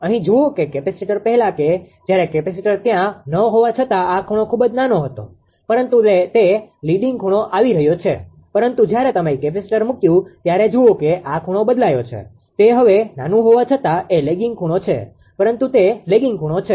અહીં જુઓ કે કેપેસિટર પહેલા કે જયારે કેપેસિટર ત્યાં ન હોવા છતાં આ ખૂણો ખૂબ જ નાનો હતો પરંતુ તે લીડીંગ ખૂણો આવી રહ્યો હતો પરંતુ જયારે તમે કેપેસિટર મૂક્યું ત્યારે જુઓ કે આ ખૂણો બદલાયો છે તે હવે નાનું હોવા છતાં એ લેગિંગ ખૂણો છે પરંતુ તે લેગિંગ ખૂણો છે